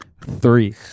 Three